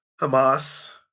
Hamas